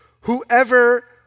Whoever